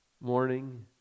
morning